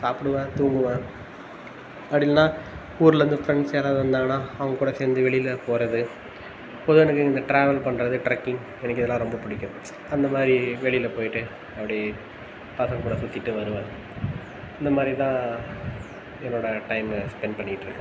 சாப்பிடுவேன் தூங்குவேன் அப்படி இல்லைன்னா ஊர்லேருந்து ஃப்ரெண்ட்ஸ் யாராவது வந்தாங்கன்னால் அவங்கக்கூட சேர்ந்து வெளியில் போகிறது பொதுவாக எனக்கு இந்த ட்ராவல் பண்ணுறது ட்ரெக்கிங் எனக்கு இதெல்லாம் ரொம்ப பிடிக்கும் அந்தமாதிரி வெளியில் போய்ட்டு அப்படி பசங்கக்கூட சுற்றிட்டு வருவேன் இந்தமாதிரி தான் என்னோடய டைமை ஸ்பெண்ட் பண்ணிகிட்ருக்கேன்